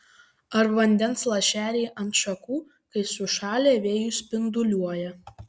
ar vandens lašeliai ant šakų kai sušalę vėjuj spinduliuoja